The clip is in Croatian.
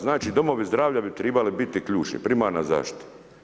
Znači domovi zdravlja bi trebali biti ključni, primarna zaštita.